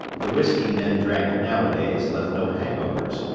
the whiskey men drank nowadays left no hangovers,